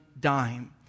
dime